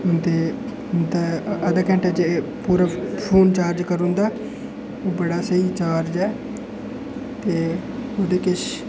ते अद्ध अद्धे घैंटे च पूरा फ़ोन चार्ज करू ओड़दा बड़ा स्हेई चार्ज ऐ ते ओह्दे किश